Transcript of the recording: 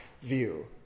view